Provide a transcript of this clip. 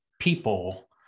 people